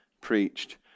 preached